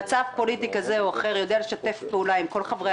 במצב פוליטי כזה או אחר יודע לשתף פעולה עם כל חברי